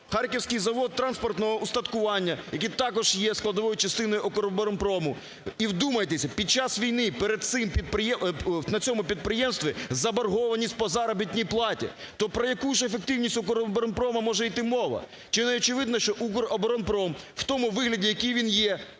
"Харківський завод транспортного устаткування", який також є складовою частиною "Укроборонпрому". І вдумайтеся, під час війни, на цьому підприємстві заборгованість по заробітній платі. То про яку ж ефективність "Укроборонпрому" може йти мова? Чи не очевидно, що "Укроборонпром" в тому вигляді, який він є,